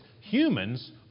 humans